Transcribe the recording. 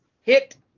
hit